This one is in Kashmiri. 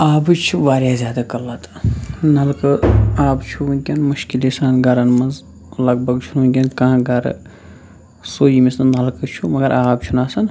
آبٕچ چھِ واریاہ زیادٕ قلت نلکہٕ آب چھُ وٕنۍکٮ۪ن مُشکِلی سان گَرَن منٛز لگ بگ چھُنہٕ وٕنۍکٮ۪ن کانٛہہ گَرٕ سُہ ییٚمِس نہٕ نَلکہٕ چھُ مگر آب چھُنہٕ آسان